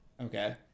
Okay